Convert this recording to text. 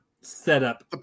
setup